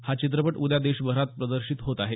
हा चित्रपट उद्या देशभरात प्रदर्शित होत आहे